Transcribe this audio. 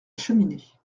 cheminée